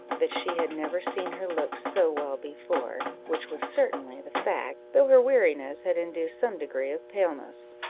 that she had never seen her look so well before, which was certainly the fact, though her weariness had induced some degree of paleness.